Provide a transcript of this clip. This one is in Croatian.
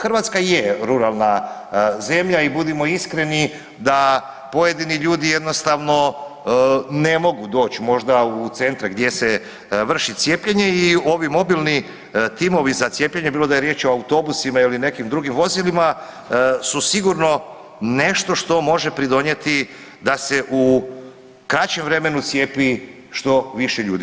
Hrvatska je ruralna zemlja i budimo iskreni da pojedini ljudi jednostavno ne mogu doć možda u centre gdje se vrši cijepljenje i ovi mobilni timovi za cijepljenje, bilo da je riječ o autobusima ili nekim drugim vozilima su sigurno nešto što može pridonijeti da se u kraćem vremenu cijepi što više ljudi.